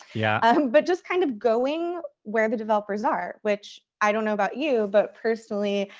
yeah um but just kind of going where the developers are, which i don't know about you, but personally,